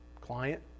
client